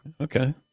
Okay